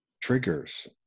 triggers